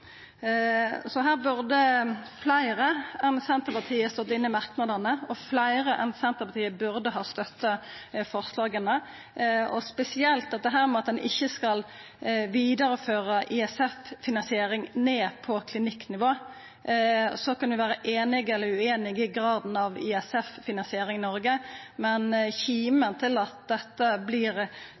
her burde fleire enn Senterpartiet stått inne i merknadene, og fleire enn Senterpartiet burde ha støtta forslaga – spesielt det at ein ikkje skal vidareføre ISF-finansiering ned på klinikknivå. Så kan ein vera einig eller ueinig i graden av ISF-finansiering i Noreg, men kimen til at dette